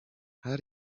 how